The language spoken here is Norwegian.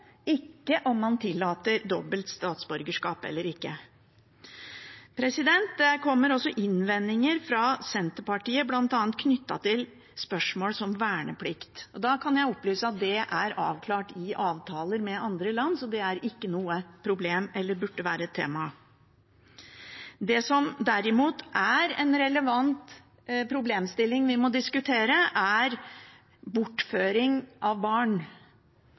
ikke om man tillater dobbelt statsborgerskap eller ikke. Det kommer også innvendinger fra Senterpartiet knyttet til spørsmål som verneplikt. Da kan jeg opplyse at det er avklart i avtaler med andre land, så det er ikke noe problem eller noe som burde være et tema. Det som derimot er en relevant problemstilling vi må diskutere, er bortføring av barn